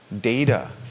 data